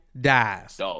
dies